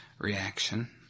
reaction